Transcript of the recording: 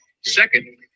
Second